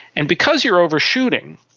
and because you are overshooting,